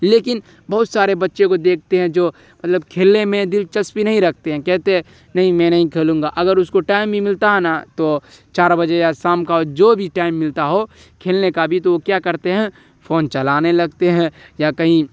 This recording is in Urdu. لیکن بہت سارے بچے کو دیکھتے ہیں جو مطلب کھیلنے میں دلچسپی نہیں رکھتے ہیں کہتے ہیں نہیں میں نہیں کھیلوں گا اگر اس کو ٹائم بھی ملتا ہے نا تو چار بجے یا شام کا ہو جو بھی ٹائم ملتا ہو کھیلنے کا بھی تو وہ کیا کرتے ہیں فون چلانے لگتے ہیں یا کہیں